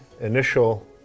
initial